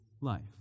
life